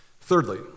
Thirdly